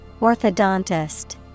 Orthodontist